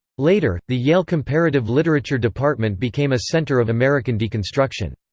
later, the yale comparative literature department became a center of american deconstruction.